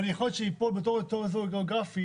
אבל יכול להיות שייפול בתוך אותו אזור גיאוגרפי